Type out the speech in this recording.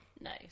Nice